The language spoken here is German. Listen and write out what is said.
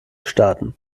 starten